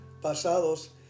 pasados